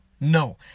No